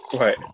Right